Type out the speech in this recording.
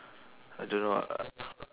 I don't know ah